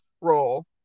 role